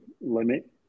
limit